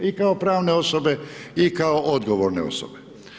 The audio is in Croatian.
I kao pravne osobe i kao odgovorne osobe.